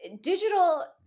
digital